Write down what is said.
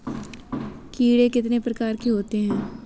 कीड़े कितने प्रकार के होते हैं?